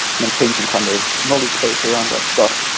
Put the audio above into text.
maintain some kind of knowledge base around that stuff.